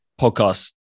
podcast